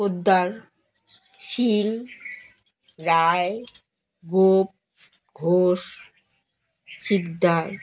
Poddar Shil Roy Gop Ghosh Sikdar